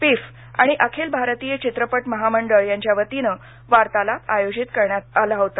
PIFF आणि अखिल भारतीय चित्रपट महामंडळ यांच्या वतीनं वार्तालाप आयोजित करण्यात आला होता